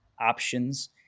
options